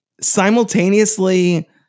simultaneously